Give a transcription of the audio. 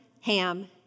Ham